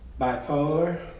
bipolar